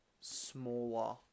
smaller